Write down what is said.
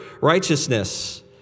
righteousness